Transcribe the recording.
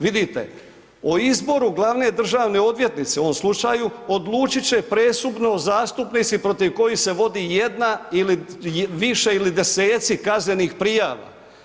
Vidite, o izboru glavne državne odvjetnice u ovoj slučaju, odlučit će presudno zastupnici protiv kojih se vodi jedna ili više ili deseci kaznenih prijava.